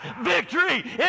victory